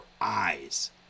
eyes